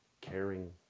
caring